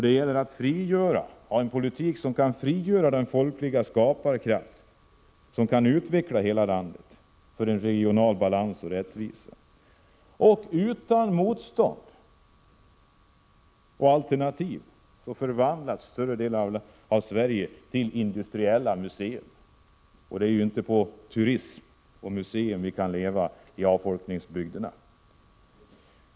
Det gäller att föra en politik som kan frigöra den folkliga skaparkraft som kan utveckla hela landet och åstadkomma regional balans och rättvisa. Utan motstånd och alternativ förvandlas större delen av Sverige till ett industriellt museum. Det är inte på turism och museer vi skall leva i avfolkningsbygderna.